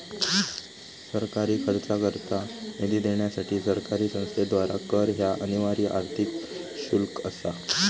सरकारी खर्चाकरता निधी देण्यासाठी सरकारी संस्थेद्वारा कर ह्या अनिवार्य आर्थिक शुल्क असा